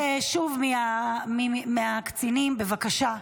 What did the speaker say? אני מבקשת שוב מהקצינים, בבקשה,